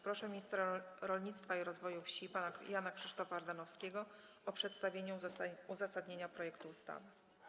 Proszę ministra rolnictwa i rozwoju wsi pana Jana Krzysztofa Ardanowskiego o przedstawienie uzasadnienia projektu ustawy.